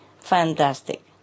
fantastic